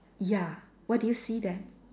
ya what do you see there